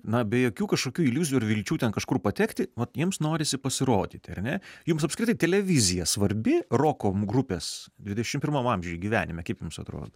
na be jokių kažkokių iliuzijų ir vilčių ten kažkur patekti vat jiems norisi pasirodyti ar ne jums apskritai televizija svarbi roko grupės dvidešimt pirmam amžiuj gyvenime kaip jums atrodo